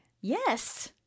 Yes